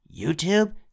YouTube